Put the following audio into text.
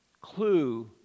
clue